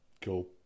Cool